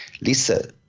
lisa